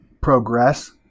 progress